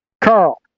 carl